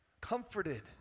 comforted